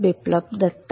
Biplab Datta